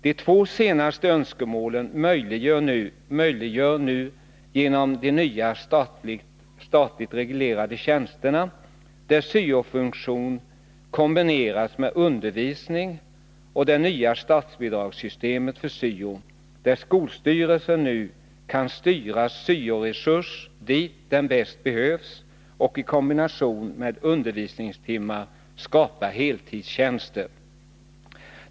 De två senaste önskemålen möjliggör man nu genom de nya statligt reglerade tjänsterna, där syo-funktion kombineras med undervisning, och det nya statsbidragssystemet för syo, där skolstyrelsen nu kan styra syo-resurser dit där de bäst behövs och i kombination med undervisningstimmar skapa heltidstjänster.